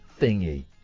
thingy